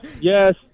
Yes